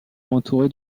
entouré